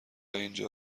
اینجا